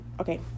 Okay